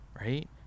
right